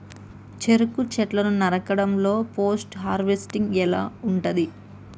చెరుకు చెట్లు నరకడం లో పోస్ట్ హార్వెస్టింగ్ ఎలా ఉంటది?